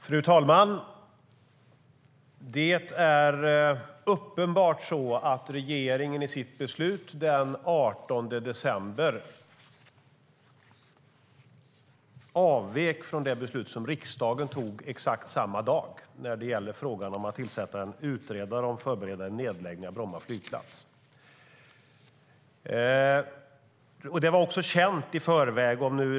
Fru talman! Det är uppenbart att regeringen i sitt beslut den 18 december avvek från det beslut som riksdagen tog samma dag i fråga om att tillsätta en utredare för att förbereda en nedläggning av Bromma flygplats.